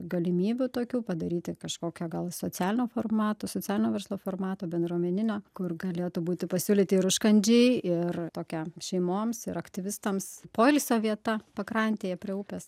galimybių tokių padaryti kažkokią gal socialinio formato socialinio verslo formato bendruomeninio kur galėtų būti pasiūlyti ir užkandžiai ir tokia šeimoms ir aktyvistams poilsio vieta pakrantėje prie upės